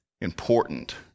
important